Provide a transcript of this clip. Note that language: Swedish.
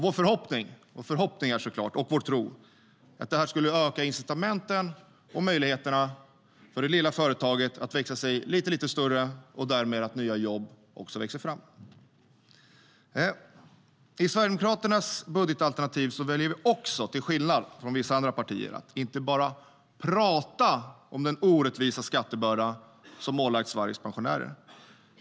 Vår förhoppning och vår tro är såklart att detta skulle öka incitamenten och möjligheterna för det lilla företaget att växa sig lite större och att nya jobb därmed växer fram.I Sverigedemokraternas budgetalternativ väljer vi också, till skillnad från vissa andra partier, att inte bara prata om den orättvisa skattebörda som har ålagts Sveriges pensionärer.